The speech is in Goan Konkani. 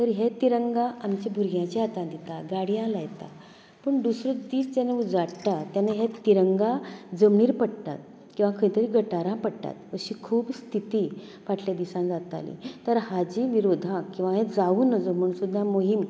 तर हे तिरंगा आमचे भुरग्यांच्या हातांत दिता गाडयांक लायता पूण दुसरो दीस जेन्ना उजवाडटा तेन्ना हे तिरंगा जमनीर पडटा किंवां खंयतरी गटारांत पडटात अशे तरेची खूब स्थिती फाटले दिसांनी जाताल्यो तर हाजी विरोधात किंवा हें जावूं नजो म्हण सुद्दां मोहीम